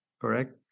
correct